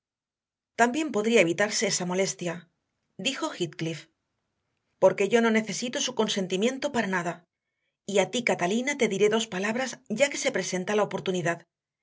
también podría evitarse esa molestia dijo heathcliffporque yo no necesito su consentimiento para nada y a ti catalina te diré dos palabras ya que se presenta la oportunidad